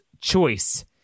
choice